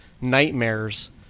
nightmares